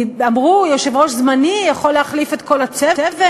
אמרו: יושב-ראש זמני יכול להחליף את כל הצוות,